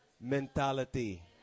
mentality